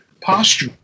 posture